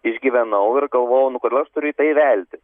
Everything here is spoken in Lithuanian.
išgyvenau ir galvojau nu kodėl aš turiu į tai velti